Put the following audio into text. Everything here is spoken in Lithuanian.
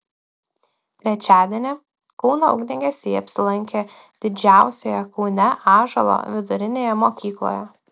trečiadienį kauno ugniagesiai apsilankė didžiausioje kaune ąžuolo vidurinėje mokykloje